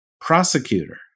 prosecutor